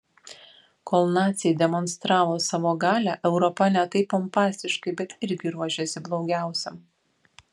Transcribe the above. kol naciai demonstravo savo galią europa ne taip pompastiškai bet irgi ruošėsi blogiausiam